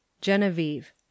Genevieve